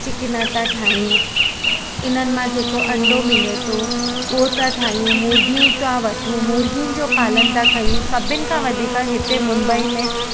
chicken था ठाहियूं इन्हनि मां जेको अंडो मिले थो उहो था ठाहियूं मुर्गियूं था वठूं मुर्गियुनि जो पालन था कयूं सभिनि खां वधीक हिते मुंबई में